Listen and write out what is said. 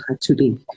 today